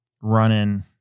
running